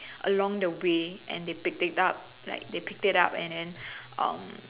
along the way and they picked it up like they picked it up and then um